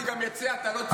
אני גם אצא, אתה לא צריך.